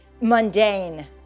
mundane